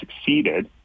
succeeded